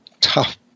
tough